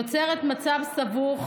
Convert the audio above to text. יוצרת מצב סבוך